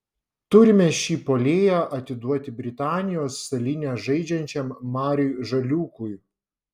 turime šį puolėją atiduoti britanijos salyne žaidžiančiam mariui žaliūkui